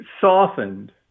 softened